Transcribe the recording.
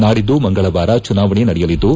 ನಾಡಿದ್ದು ಮಂಗಳವಾರ ಚುನಾವಣೆ ನಡೆಯಲಿದ್ದು